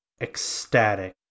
ecstatic